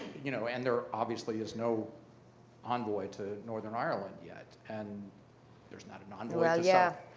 you know, and there obviously is no envoy to northern ireland yet, and there's not an envoy yeah,